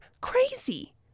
crazy